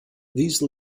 these